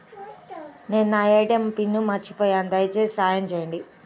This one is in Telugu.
నేను నా ఏ.టీ.ఎం పిన్ను మర్చిపోయాను దయచేసి సహాయం చేయండి